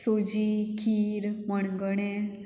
सोजी खीर मणगणें